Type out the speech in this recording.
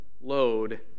load